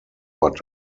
but